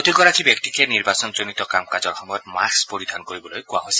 প্ৰতিগৰাকী ব্যক্তিকে নিৰ্বাচনজনিত কাম কাজৰ সময়ত মাস্থ পৰিধান কৰিবলৈ কোৱা হৈছে